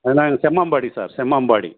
ஆ நாங்கள் செம்மாம்பாடி சார் செம்மாம்பாடி